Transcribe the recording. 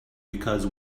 because